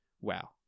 wow